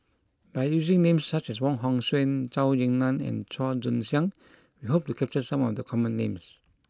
by using names such as Wong Hong Suen Zhou Ying Nan and Chua Joon Siang we hope to capture some of the common names